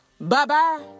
Bye-bye